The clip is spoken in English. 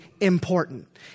important